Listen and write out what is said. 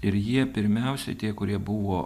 ir jie pirmiausiai tie kurie buvo